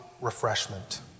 refreshment